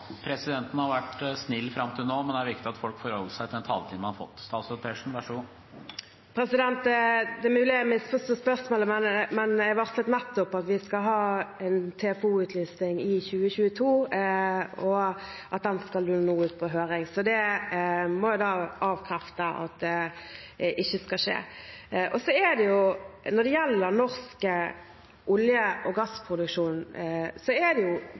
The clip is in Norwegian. Presidenten har vært snill fram til nå, men det er viktig at folk forholder seg til den taletiden man har fått. Det er mulig jeg misforsto spørsmålet, men jeg varslet nettopp at vi skal ha en TFO-utlysning i 2022, og at den nå skal ut på høring. Så jeg kan da avkrefte av det ikke skal skje. Når det gjelder norsk olje- og gassproduksjon, er det viktig – og jeg er helt enig i det